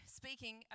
speaking